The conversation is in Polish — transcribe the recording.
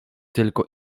tylko